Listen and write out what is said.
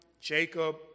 Jacob